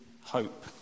hope